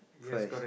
first